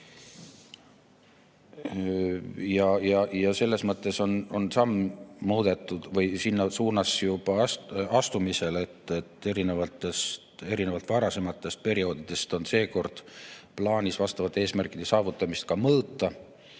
Ja selles mõttes on samm selles suunas juba astumisel. Erinevalt varasematest perioodidest on seekord plaanis eesmärkide saavutamist ka mõõta